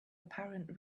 apparent